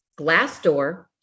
Glassdoor